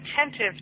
attentive